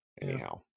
Anyhow